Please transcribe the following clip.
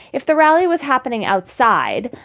if the rally was happening outside,